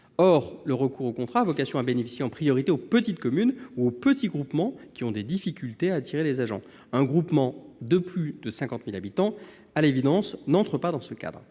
Or le recours au contrat a vocation à concerner en priorité les petites communes ou les petits groupements, qui ont des difficultés à attirer des agents. Un groupement de plus de 50 000 habitants n'entre à l'évidence pas dans ce cadre.